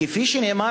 כפי שנאמר,